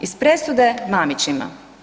Iz presude Mamićima.